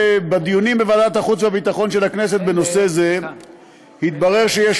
בדיונים בוועדת החוץ והביטחון של הכנסת בנושא זה התברר שיש